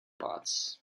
pots